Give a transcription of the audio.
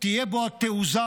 התעוזה